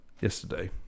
yesterday